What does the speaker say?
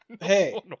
Hey